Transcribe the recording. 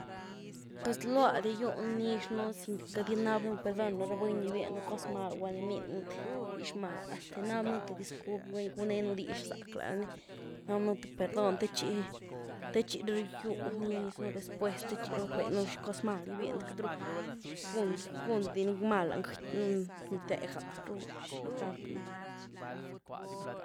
Queity zluá dia gu nix nú, val queity giniab un perdón lo ra buny ni bienynú cos mal gulá ni bnínu dix mal, hasta giniabnú thë disculp, bal, guné nú dix zack lá rani, gniab un thë perdón te txi-te txi ru gýw nix nu’ después te txi ru gackbé nu’ xi cos mal gý biennu queity rú gun di ní mal lany gëquynu, ni téga rú xi gack nú.